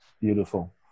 beautiful